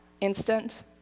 instant